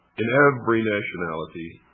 in every nationality,